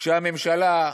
כשהממשלה,